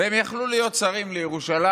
והם יכלו להיות שרים לירושלים.